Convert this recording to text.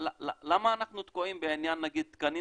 למה אנחנו תקועים בעניין נגיד תקנים